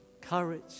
courage